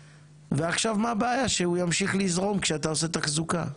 ועכשיו מה הבעיה שהוא ימשיך לזרום כשאתה עושה תחזוקה?